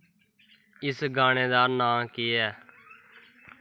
इस गाने दा नांऽ केह् ऐ